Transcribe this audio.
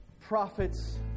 prophets